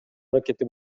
аракети